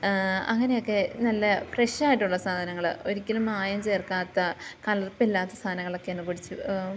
അങ്ങനെയൊക്കെ നല്ല ഫ്രഷായിട്ടുള്ള സാധനങ്ങൾ ഒരിക്കലും മായം ചേർക്കാത്ത കലർപ്പില്ലാത്ത സാധനങ്ങളൊക്കെയാണു പിടിച്ച്